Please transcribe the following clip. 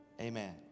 amen